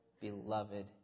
beloved